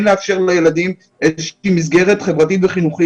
לאפשר לילדים איזושהי מסגרת חברתית וחינוך.